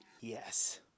Yes